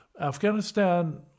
Afghanistan